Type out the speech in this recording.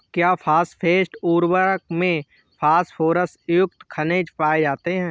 क्या फॉस्फेट उर्वरक में फास्फोरस युक्त खनिज पाए जाते हैं?